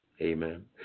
Amen